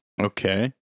Okay